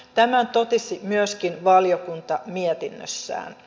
tämän totesi myöskin valiokunta mietinnössään